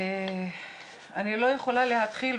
אני לא יכולה להתחיל,